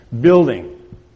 building